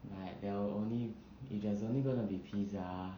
but only if there's only gonna be pizza